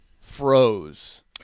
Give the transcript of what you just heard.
froze